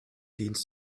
dienst